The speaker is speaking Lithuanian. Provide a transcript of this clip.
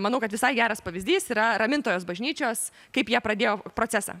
manau kad visai geras pavyzdys yra ramintojos bažnyčios kaip jie pradėjo procesą